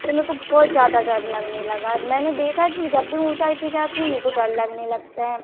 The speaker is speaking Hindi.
तो मुझको बहुत ज़्यादा डर लगने लगा मैंने देखा कि मैं जब भी ऊँचाई पर जाती हूँ मुझको डर लगने लगता है